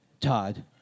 Todd